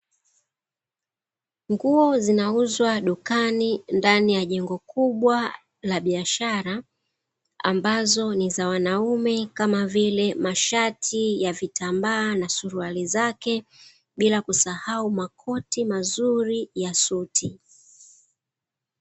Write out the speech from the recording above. Nguo zinauzwa dukani ndani ya jengo kubwa la biashara ambazo ni za wanaume, kama vile: mashati ya vitambaa na suruali zake, bila kusahau makoti mazuri ya suti.